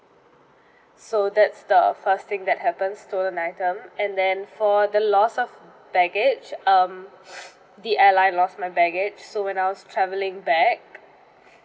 so that's the first thing that happens stolen item and then for the loss of baggage um the airline lost my baggage so when I was travelling back